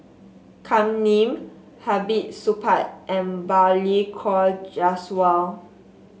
Kam Ning Hamid Supaat and Balli Kaur Jaswal